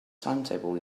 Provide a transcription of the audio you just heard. timetable